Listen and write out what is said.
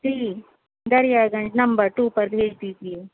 جی Darya Ganj number two پر بھیج دیجیے